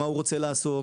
במה הוא רוצה לעסוק,